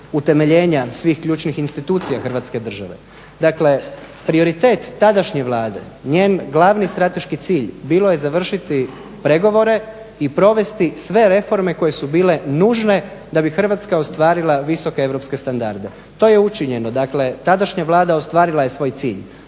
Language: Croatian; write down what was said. utemeljenja svih ključnih institucija Hrvatske države. Dakle, prioritet tadašnje Vlade, njen glavni strateški cilj bilo je završiti pregovore i provesti sve reforme koje su bile nužne da bi Hrvatska ostvarila visoke europske standarde. To je učinjeno, dakle, tadašnja Vlada ostvarila je svoj cilj.